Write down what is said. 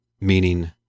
meaning